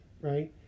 right